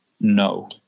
no